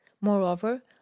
moreover